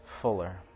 fuller